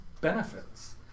benefits